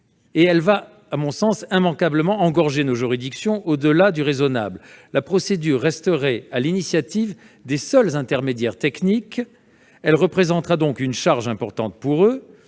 Cette mesure conduirait immanquablement à engorger nos juridictions au-delà du raisonnable. En outre, la procédure resterait à l'initiative des seuls intermédiaires techniques ; elle représenterait donc une charge importante pour eux.